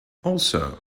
also